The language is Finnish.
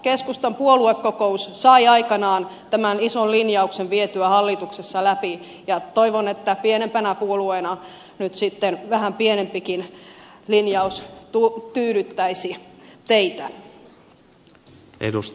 keskustan puoluekokous sai aikanaan tämän ison linjauksen vietyä hallituksessa läpi ja toivon että pienempänä puolueena nyt sitten vähän pienempikin linjaus tyydyttäisi teitä